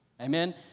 Amen